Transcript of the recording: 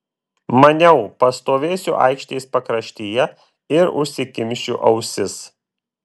maniau pastovėsiu aikštės pakraštyje ir užsikimšiu ausis